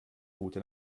route